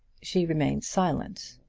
she remained silent.